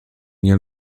nie